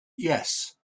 yes